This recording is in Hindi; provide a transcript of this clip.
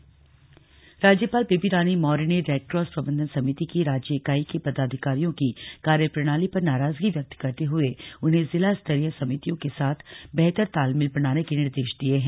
राज्यपाल राज्यपाल बेबी रानी मौर्य ने रेडक्रॉस प्रबंधन समिति की राज्य ईकाई के पदाधिकारियों की कार्यप्रणाली पर नाराजगी व्यक्त करते हुए उन्हें जिला स्तरीय समितियों के साथ बेहतर तालमेल बनाने के निर्देश दिये है